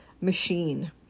machine